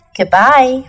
Goodbye